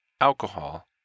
alcohol